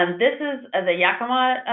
um this is and the yakama